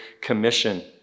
Commission